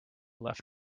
left